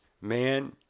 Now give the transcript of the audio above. Man